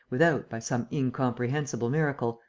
without, by some incomprehensible miracle,